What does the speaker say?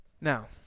Now